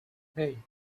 hey